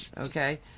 Okay